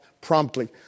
promptly